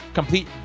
complete